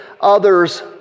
others